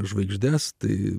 žvaigždes tai